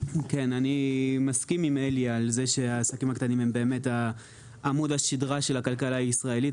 אני מסכים עם אלי שהעסקים הקטנים הם עמוד השדרה של הכלכלה הישראלית.